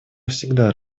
всегда